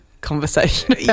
Conversation